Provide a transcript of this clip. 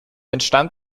entstand